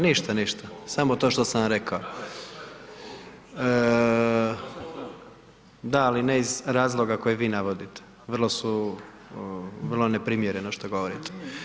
Ništa, ništa, samo to što sam vam rekao. ... [[Upadica se ne čuje.]] Da, ali ne iz razloga koji vi navodite, vrlo su, vrlo neprimjereno što govorite.